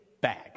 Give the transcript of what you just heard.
bag